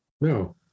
No